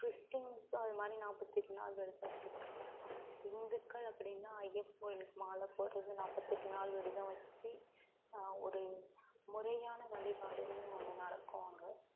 கிறிஸ்டின்ஸும் அது மாதிரி நாற்பத்தெட்டு நாலு விரதம் எடுத்திருக்காங்க இந்துக்கள் அப்படினா ஐயப்பன் கோயிலுக்கு மாலைப் போடுறது நாற்பத்தெட்டு நாலு விருதம் வச்சு ஒரு முறையான வழிபாடுனு ஒன்று நடக்கும் அங்கே